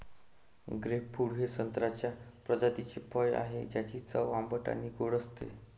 grapefruit हे संत्र्याच्या प्रजातीचे फळ आहे, ज्याची चव आंबट आणि गोड असते